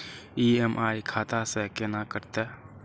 EMI खाता से केना कटते?